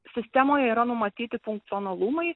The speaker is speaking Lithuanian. sistemoje yra numatyti funkcionalumai